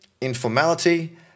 informality